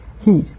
heat